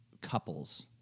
couples